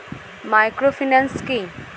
Microfinance কি?